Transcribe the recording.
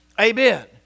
Amen